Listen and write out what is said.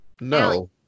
no